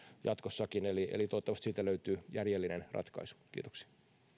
jatkossakin eli eli toivottavasti siihen löytyy järjellinen ratkaisu kiitoksia